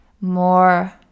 more